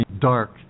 dark